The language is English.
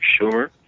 Schumer